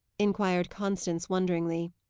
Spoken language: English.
inquired constance, wonderingly.